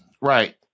Right